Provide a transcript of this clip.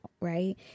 Right